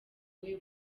buze